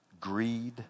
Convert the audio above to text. greed